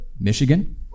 Michigan